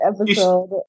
episode